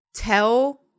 Tell